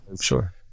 sure